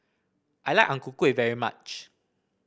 I like Ang Ku Kueh very much